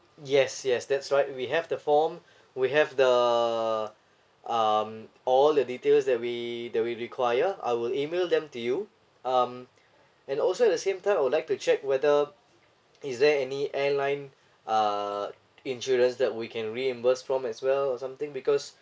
yes yes that's right we have the form we have the um all the details that we that we require I will email them to you um and also the same time I would like to check whether is there any airline uh insurance that we can reimburse from as well or something because